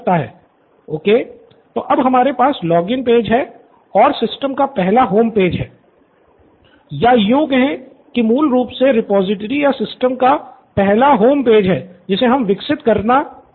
professor Bala okay student Siddharth तो अब हमारे पास लॉगिन पेज और सिस्टम का पहला होमपेज है या यों कहे की मूल रूप से रिपॉजिटरी या सिस्टम का पहला होमपेज जिसे हमें विकसित करना है